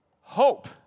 hope